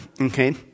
okay